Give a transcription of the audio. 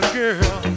girl